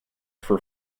for